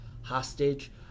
hostage